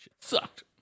sucked